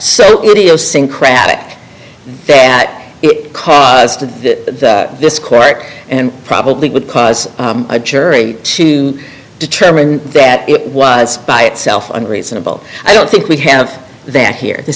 so idiosyncratic that it caused to this court and probably would cause a jury to determine that it was by itself unreasonable i don't think we have that here